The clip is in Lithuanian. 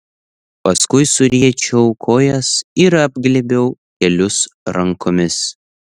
paskui suriečiau kojas ir apglėbiau kelius rankomis